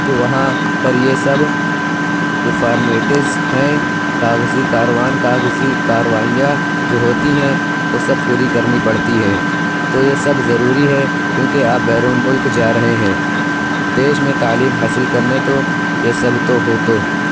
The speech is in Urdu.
تو وہاں پر یہ سب جو فارمیلٹیز ہیں کاغذی کاروان کاغذی کاروائیاں جو ہوتی ہیں وہ سب پوری کرنی پڑتی ہیں تو یہ سب ضروری ہے کیونکہ آپ بیرون ملک جا رہے ہیں دیش میں تعلیم حاصل کرنے تو یہ سب تو ہو تو